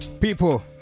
People